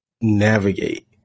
navigate